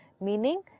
meaning